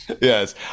Yes